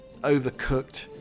overcooked